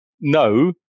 No